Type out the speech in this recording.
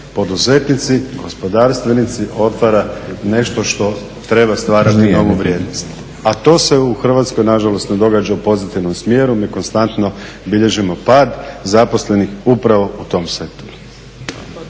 poduzetnici, gospodarstvenici, otvara nešto što treba stvarati novu vrijednost, a to se u Hrvatskoj nažalost ne događa u pozitivnom smjeru, mi konstantno bilježimo pad zaposlenih upravo u tom sektoru.